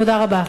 תודה רבה.